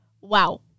wow